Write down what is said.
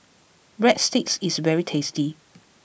Breadsticks is very tasty